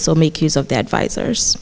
so make use of the advisers